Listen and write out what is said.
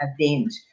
event